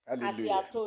Hallelujah